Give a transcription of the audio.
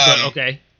Okay